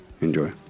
Enjoy